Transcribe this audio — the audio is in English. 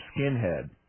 skinhead